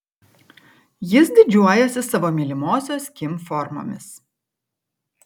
jis didžiuojasi savo mylimosios kim formomis